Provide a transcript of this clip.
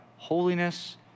Holiness